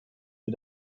wir